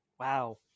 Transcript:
Wow